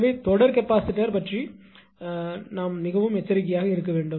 எனவே தொடர் கெபாசிட்டார் பற்றி ஒருவர் மிகவும் எச்சரிக்கையாக இருக்க வேண்டும்